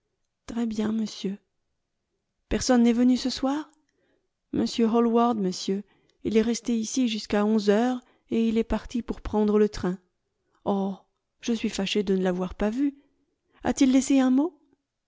très bien monsieur personne n'est venu ce soir p m hallward monsieur il est resté ici jusqu'à onze heures et il est parti pour prendre le train oh je suis fâché de ne pas l'avoir vu a-t-il laissé un mot